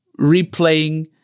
replaying